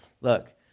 look